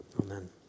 Amen